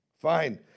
fine